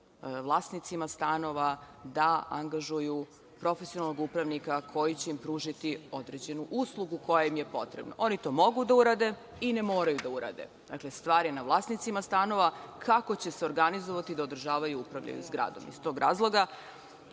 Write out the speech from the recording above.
vlasnicima stanova da angažuju profesionalnog upravnika koji će im pružiti određenu uslugu koja im je potrebna. Oni to mogu da urade i ne moraju da urade. Dakle, stvar je na vlasnicima stanova kako će se organizovati da održavaju i upravljaju zgradom. Iz tog razloga